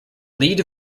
lead